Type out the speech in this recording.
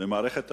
במערכת הבריאות,